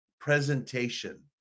presentation